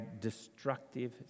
destructive